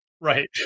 right